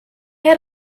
had